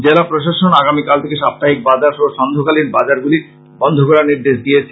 জেলা প্রশাসন আগামীকাল থেকে সাপ্তাহিক বাজার সহ সান্ধ্যকালীন বাজারগুলি বন্ধ করার নির্দেশ দিয়েছে